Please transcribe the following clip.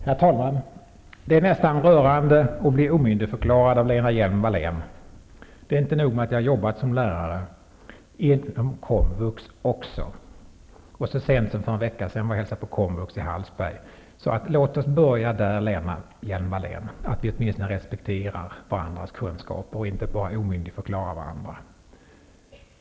Herr talman! Det är nästan rörande att bli omyndigförklarad av Lena Hjelm-Wallén. Det är inte bara så att jag har jobbat som lärare -- också inom komvux --, utan så sent som för en vecka sedan hälsade jag på hos komvux i Hallsberg. Låt oss börja, Lena Hjelm-Wallén, med att åtminstone respektera varandras kunskaper, inte bara omyndigförklara varandra.